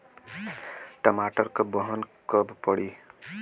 टमाटर क बहन कब पड़ी?